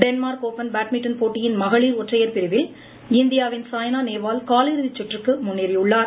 Denmark open badminton போட்டியின் மகளிர் ஒற்றையர் பிரிவில் இந்தியாவின் சாய்னா நேவால் காலிறுதி சுற்றுக்கு முன்னேறியுள்ளார்